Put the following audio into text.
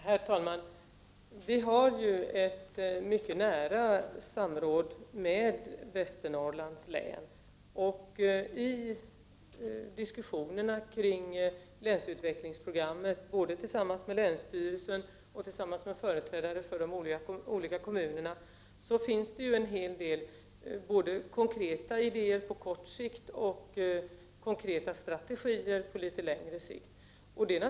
Herr talman! Vi har ju ett mycket nära samråd med Västernorrlands län, och i diskussionerna om länsutvecklingsprogrammet, både med länsstyrelsen och med företrädare för de olika kommunerna, finns det en hel del konkreta idéer på kort sikt och konkreta strategier på litet längre sikt.